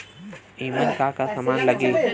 ईमन का का समान लगी?